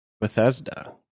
Bethesda